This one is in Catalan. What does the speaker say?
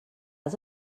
els